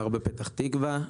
גר בפתח תקווה,